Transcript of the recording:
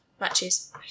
matches